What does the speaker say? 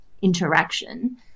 interaction